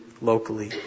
locally